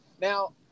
Now